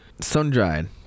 Sun-dried